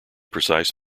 precise